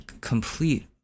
complete